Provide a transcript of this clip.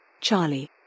Charlie